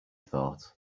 thought